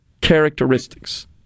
characteristics